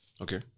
okay